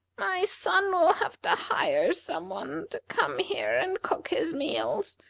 my son will have to hire some one to come here and cook his meals,